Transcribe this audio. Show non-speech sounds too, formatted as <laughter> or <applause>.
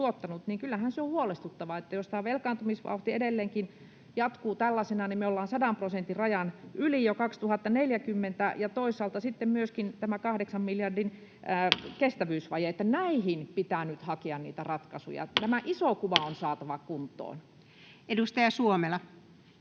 niin kyllähän se on huolestuttavaa, että jos tämä velkaantumisvauhti edelleenkin jatkuu tällaisena, niin me ollaan 100 prosentin rajan yli jo 2040, ja toisaalta sitten on myöskin tämä 8 miljardin kestävyysvaje. <noise> Näihin pitää nyt hakea niitä ratkaisuja. <noise> Tämä iso kuva on saatava kuntoon. Edustaja Suomela.